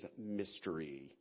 mystery